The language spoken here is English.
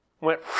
went